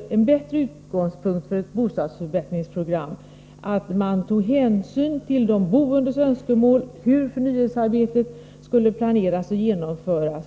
anser vi att det med tanke på bostadsförbättringsprogrammet skulle vara en bättre utgångspunkt om man tog hänsyn till de boendes önskemål och till hur förnyelsearbetet skulle planeras och genomföras.